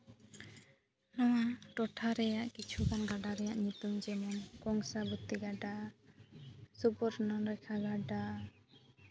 ᱱᱚᱣᱟ ᱴᱚᱴᱷᱟ ᱨᱮᱭᱟᱜ ᱠᱤᱪᱷᱩᱜᱟᱱ ᱜᱟᱰᱟ ᱨᱮᱭᱟᱜ ᱧᱩᱛᱩᱢ ᱡᱮᱢᱚᱱ ᱠᱚᱝᱥᱟᱵᱚᱛᱤ ᱜᱟᱰᱟ ᱥᱩᱵᱚᱨᱱᱚ ᱨᱮᱠᱷᱟ ᱜᱟᱰᱟ